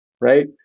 right